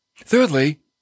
Thirdly